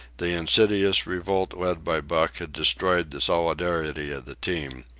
the insidious revolt led by buck had destroyed the solidarity of the team.